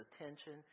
attention